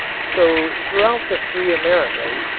so throughout the three americas,